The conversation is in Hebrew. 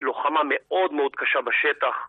לוחמה מאוד מאוד קשה בשטח